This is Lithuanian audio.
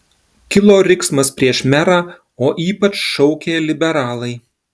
kilo riksmas prieš merą o ypač šaukė liberalai